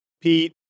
Pete